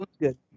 Good